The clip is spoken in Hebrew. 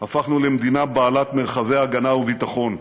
הפכנו למדינה בעלת מרחבי הגנה וביטחון,